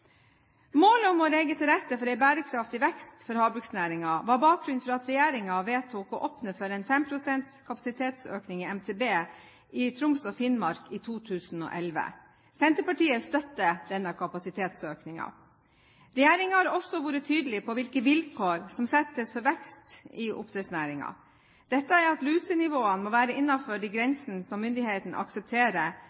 Målet om å legge til rette for en bærekraftig vekst for havbruksnæringen var bakgrunnen for at regjeringen vedtok å åpne for 5 pst. kapasitetsøkning i MTB i Troms og Finnmark i 2011. Senterpartiet støtter denne kapasitetsøkningen. Regjeringen har også vært tydelig på hvilke vilkår som settes for vekst i oppdrettsnæringen. Disse er at lusenivået må være innenfor de